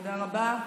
תודה רבה.